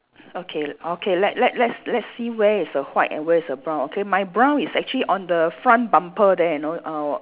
okay okay let let let's let's see where is the white and where is the brown okay my brown is actually on the front bumper there you know uh